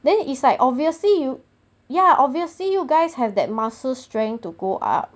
then is like obviously you ya obviously you guys have that muscle strength to go up